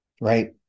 right